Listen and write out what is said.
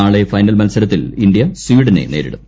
നാളെ ഫൈനൽ മത്സരത്തിൽ ഇന്ത്യ സ്വീഡനെ നേരിടും